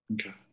Okay